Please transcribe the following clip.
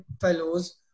fellows